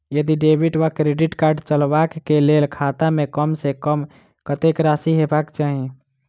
यदि डेबिट वा credit card चलबाक कऽ लेल खाता मे कम सऽ कम कत्तेक राशि हेबाक चाहि?